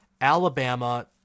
Alabama